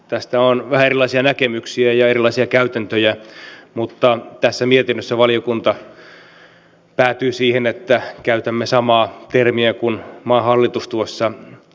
tästä on vähän erilaisia näkemyksiä ja erilaisia käytäntöjä mutta tässä mietinnössä valiokunta päätyi siihen että käytämme samaa termiä kuin maan hallitus tuossa selonteossaan